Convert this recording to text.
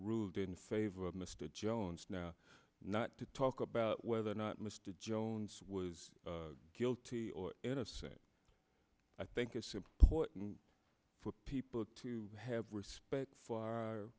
ruled in favor of mr jones now not to talk about whether or not jones was guilty or innocent i think it's important for people to have respect for our